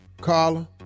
Carla